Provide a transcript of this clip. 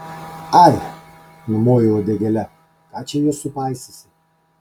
ai numoju uodegėle ką čia juos supaisysi